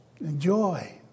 Enjoy